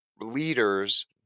leaders